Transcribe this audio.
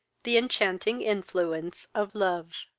the enchanting influence of love.